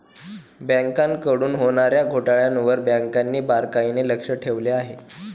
बँकांकडून होणार्या घोटाळ्यांवर बँकांनी बारकाईने लक्ष ठेवले आहे